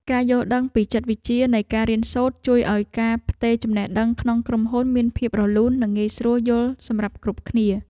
ការយល់ដឹងពីចិត្តវិទ្យានៃការរៀនសូត្រ ជួយឱ្យការផ្ទេរចំណេះដឹងក្នុងក្រុមហ៊ុនមានភាពរលូននិងងាយស្រួលយល់សម្រាប់គ្រប់គ្នា។